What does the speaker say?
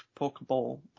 Pokeball